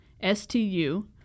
S-T-U